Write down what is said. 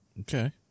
Okay